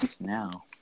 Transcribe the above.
now